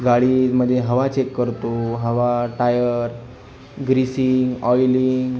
गाडीमध्ये हवा चेक करतो हवा टायर ग्रिसिंग ऑइलिंग